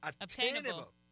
Attainable